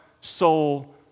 soul